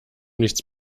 nichts